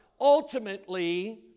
ultimately